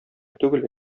түгел